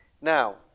Now